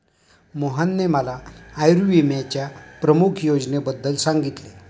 मोहनने मला आयुर्विम्याच्या प्रमुख योजनेबद्दल सांगितले